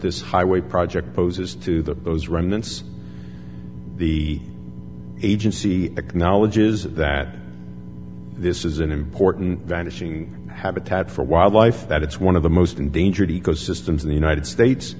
this highway project poses to the those remnants the agency acknowledges that this is an important vanishing habitat for wildlife that it's one of the most endangered ecosystems in the united states